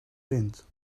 wind